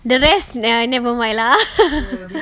the rest ne~ never mind lah